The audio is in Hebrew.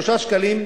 6 שקלים,